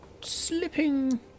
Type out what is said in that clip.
slipping